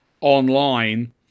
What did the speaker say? online